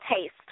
taste